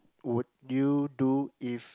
would you do if